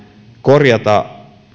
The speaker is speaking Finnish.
korjata